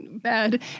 Bad